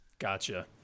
Gotcha